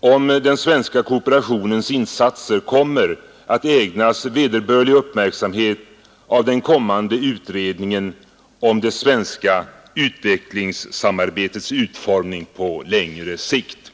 om den svenska kooperationens insatser kommer att ägnas vederbörlig uppmärksamhet av den kommande utredningen om det svenska utvecklingssamarbetets utformning på längre sikt.